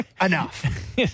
Enough